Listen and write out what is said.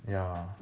ya